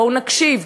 בואו נקשיב,